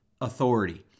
authority